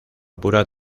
pura